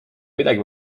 midagi